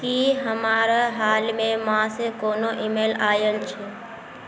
की हमरा हालमे माँ से कोनो ई मेल आयल छै